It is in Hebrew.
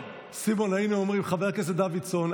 חבר הכנסת דוידסון,